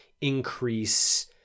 increase